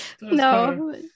No